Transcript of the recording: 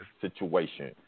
situation